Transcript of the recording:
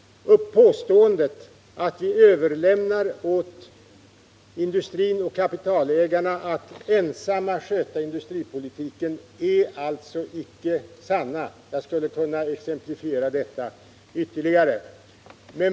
Påståendena om att vi överlämnar åt industrin och kapitalägarna att ensamma sköta industripolitiken är alltså icke sanna. Jag skulle kunna exemplifiera detta ytterligare.